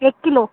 ایک کلو